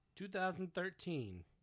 2013